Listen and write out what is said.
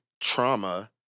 trauma